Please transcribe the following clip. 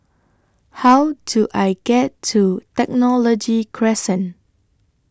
How Do I get to Technology Crescent